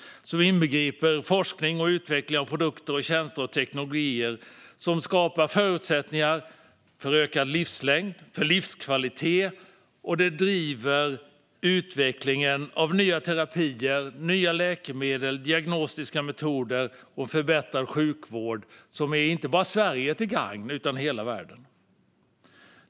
Det inbegriper forskning och utveckling av produkter, tjänster och teknologier som skapar förutsättningar för ökad livslängd och livskvalitet. Det driver utvecklingen av nya terapier, läkemedel, diagnostiska metoder och en förbättrad sjukvård som är till gagn inte bara för Sverige utan för hela världen.